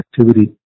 activity